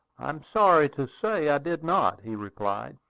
i am sorry to say i did not, he replied.